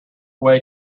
way